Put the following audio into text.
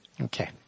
Okay